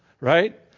right